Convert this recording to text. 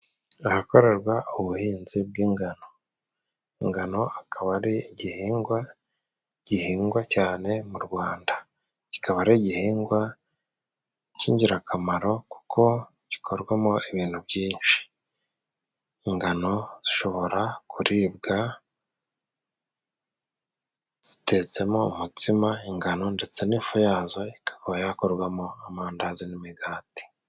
Ahakorerwa ubuhinzi bw'ingano. Ingano akaba ari igihingwa gihingwa cyane mu Rwanda. Kikaba ari igihingwa cy'ingirakamaro, kuko gikorwamo ibintu byinshi. Ingano zishobora kuribwa zitetsemo umutsima, ingano ndetse n'ifu ya zo ikaba yakorwamo amandazi n'imigati.